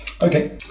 Okay